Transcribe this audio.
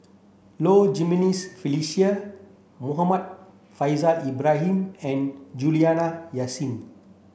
Low Jimenez Felicia Muhammad Faishal Ibrahim and Juliana Yasin